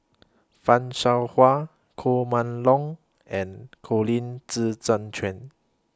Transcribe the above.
fan Shao Hua Koh Mun Hong and Colin Zhi Zhe Quan